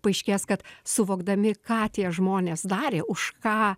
paaiškės kad suvokdami ką tie žmonės darė už ką